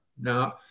Now